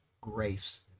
grace